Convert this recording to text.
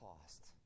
cost